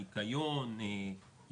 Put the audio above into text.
ניקיון,